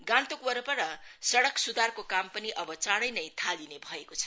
गान्तोक वरपर सड़क स्धारको काम पनि अब चाँडै नै थालिने भएको छ